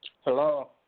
Hello